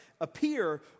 ...appear